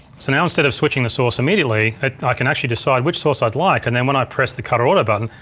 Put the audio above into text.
so now instead of switching the source immediately i can actually decide which source i'd like and then when i press the cut or auto button,